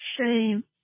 shame